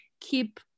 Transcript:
keep